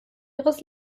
ihres